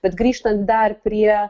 bet grįžtant dar prie